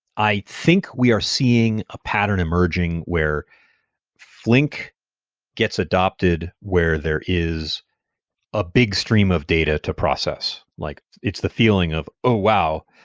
i think we are seeing a pattern emerging where flink gets adopted where there is a big stream of data to process. like it's the feeling of, oh wow!